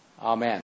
Amen